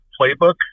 playbook